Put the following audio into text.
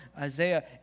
Isaiah